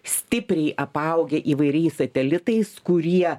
stipriai apaugę įvairiais satelitais kurie